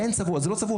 אין צבוע, זה לא צבוע.